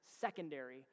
secondary